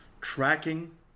tracking